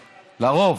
לרוב.